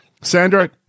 Sandra